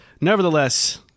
nevertheless